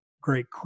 great